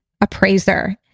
appraiser